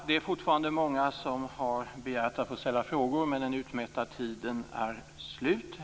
Det är fortfarande många kvar som har begärt att få ställa frågor, men den utmätta tiden är slut.